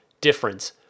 difference